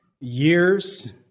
years